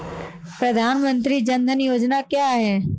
प्रधानमंत्री जन धन योजना क्या है?